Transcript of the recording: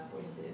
voices